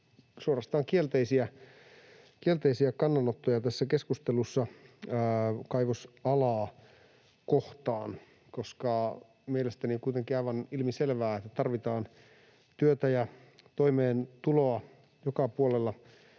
suorastaan kielteisiä kannanottoja tässä keskustelussa kaivosalaa kohtaan. Mielestäni on kuitenkin aivan ilmiselvää, että tarvitaan työtä ja toimeentuloa joka puolella